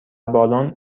بالن